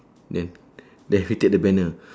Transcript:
then then we take the banner